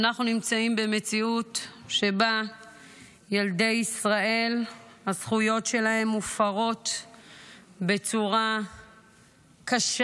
אנחנו נמצאים במציאות שבה הזכויות של ילדי ישראל מופרות בצורה קשה,